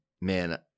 Man